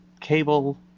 cable